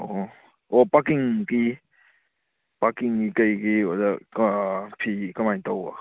ꯑꯣꯍꯣ ꯑꯣ ꯄꯥꯔꯀꯤꯡꯒꯤ ꯄꯥꯔꯀꯤꯡꯒꯤ ꯀꯩꯒꯤ ꯑꯣꯖꯥ ꯐꯤ ꯀꯃꯥꯏꯅ ꯇꯧꯕ